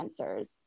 sensors